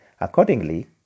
Accordingly